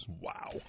Wow